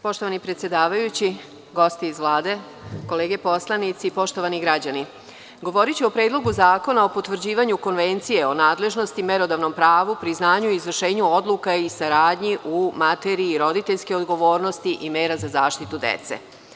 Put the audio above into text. Poštovani predsedavajući, gosti iz Vlade, kolege poslanici, poštovani građani, govoriću o Predlogu zakona o potvrđivanju Konvencije o nadležnosti merodavnom pravu, priznanju, izvršenju odluka i saradnji u materiji roditeljske odgovornosti i mera za zaštitu dece.